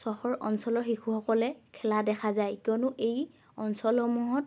চহৰ অঞ্চলৰ শিশুসকলে খেলা দেখা যায় কিয়নো এই অঞ্চলসমূহত